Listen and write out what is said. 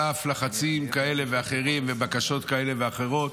על אף לחצים כאלה ואחרים ובקשות כאלה ואחרות.